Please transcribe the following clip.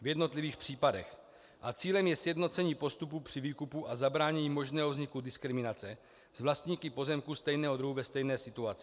v jednotlivých případech a cílem je sjednocení postupu při výkupu a zabránění možnému vzniku diskriminace s vlastníky pozemků stejného druhu ve stejné situaci.